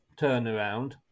turnaround